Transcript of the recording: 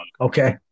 Okay